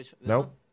Nope